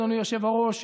אדוני היושב-ראש,